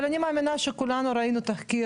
אבל אני מאמינה שכולנו ראינו תחקיר